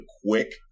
quick